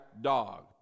dog